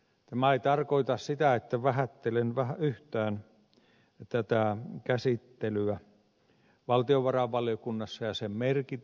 tämä ei tarkoita sitä että vähättelen yhtään tätä käsittelyä valtiovarainvaliokunnassa ja sen merkitystä